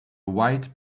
white